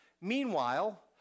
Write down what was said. Meanwhile